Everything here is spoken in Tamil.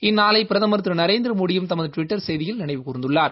இந்நாளை பிரதமர் திரு நரேந்திரமோடியும் தமது டுவிட்டர் செய்தியில் நினைவுகூர்ந்துள்ளார்